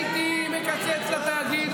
אז הייתי מקצץ בתאגיד,